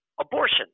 Abortion